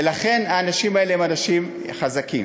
ולכן האנשים האלה הם אנשים חזקים.